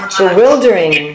bewildering